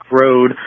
road